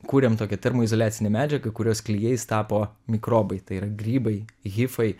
kūrėm tokią termoizoliacinę medžiagą kurios klijais tapo mikrobai tai yra grybai hifai